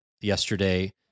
yesterday